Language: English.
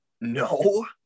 no